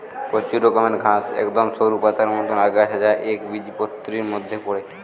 প্রচুর রকমের ঘাস একদম সরু পাতার মতন আগাছা যা একবীজপত্রীর মধ্যে পড়ে